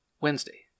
Wednesday